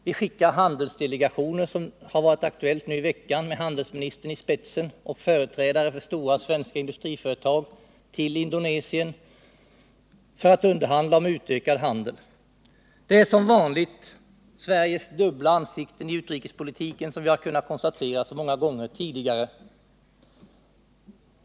Vi skickar handelsdelegationer — något som har varit aktuellt nu i veckan — med handelsministern i spetsen och företrädare för stora svenska industriföretag till Indonesien för att underhandla om utökad handel. Det är som vanligt Sveriges dubbla ansikte i utrikespolitiken, som vi har kunnat konstatera så många gånger tidigare.